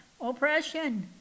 oppression